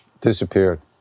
disappeared